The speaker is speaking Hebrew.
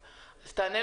cut.